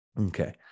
Okay